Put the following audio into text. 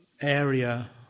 area